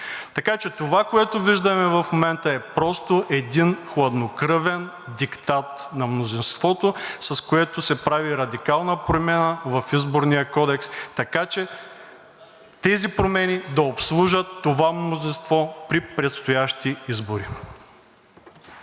така че това, което виждаме в момента, е просто един хладнокръвен диктат на мнозинството, с което се прави радикална промяна в Изборния кодекс, така че тези промени да обслужат това мнозинство при предстоящи избори.